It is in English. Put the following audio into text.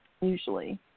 usually